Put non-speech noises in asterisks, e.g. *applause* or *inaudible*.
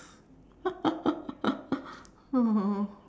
*laughs* oh